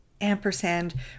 Ampersand